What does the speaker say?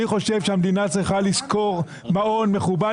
אני חושב שהמדינה צריכה לשכור מעון מכובד